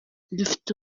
dufite